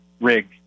rig